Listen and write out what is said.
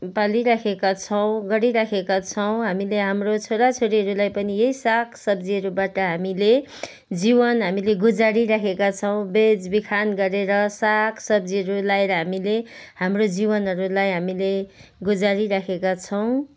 पालिराखेका छौँ गरिराखेका छौँ हामीले हाम्रो छोरा छोरीहरूलाई पनि यै साग सब्जीहरूबाट हामीले जीवन हामीले गुजारिराखेका छौँ बेचबिखन गरेर साग सब्जीहरू लाएर हामीले हाम्रो जीवनहरूलाई हामीले गुजारिराखेका छौँ